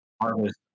harvest